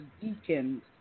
deacons